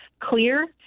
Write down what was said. clear